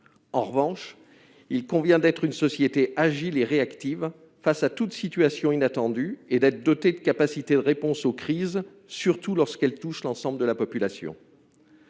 En revanche, il convient que la société soit agile et réactive face à toute situation inattendue et que nous soyons dotés de la capacité de répondre aux crises, surtout lorsque celles-ci touchent l'ensemble de la population.